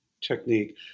technique